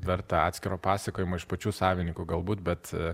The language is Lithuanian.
verta atskiro pasakojimo iš pačių savininkų galbūt bet